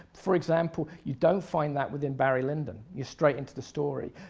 for example, you don't find that within barry lyndon. you're straight into the story.